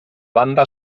banda